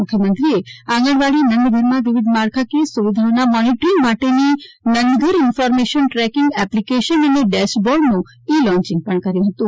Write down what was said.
મુખ્યમંત્રીએ આંગણવાડી નંદઘરમાં વિવિધ માળખાકીય સુવિધાઓના મોનીટરીંગ માટેની નંદઘર ઇન્ફોર્મેશન ટ્રેકિંગ એપ્લીકેશન અને ડેશબોર્ડનું ઇ લોન્ચીંગ પણ કર્યું હતુ